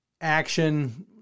action